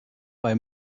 bei